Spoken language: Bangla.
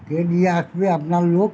কে নিয়ে আসবে আপনার লোক